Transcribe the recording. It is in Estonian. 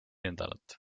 nädalat